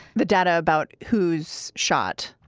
the data about who's shot,